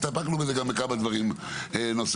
הסתפקנו בזה גם בכמה דברים נוספים.